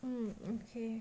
um okay